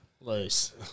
Loose